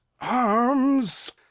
arms